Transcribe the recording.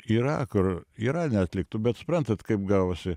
yra kur yra neatliktų bet suprantat kaip gavosi